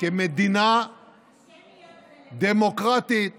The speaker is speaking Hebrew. כמדינה דמוקרטית